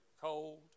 Cold